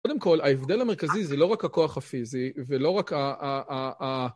קודם כל, ההבדל המרכזי זה לא רק הכוח הפיזי ולא רק ה...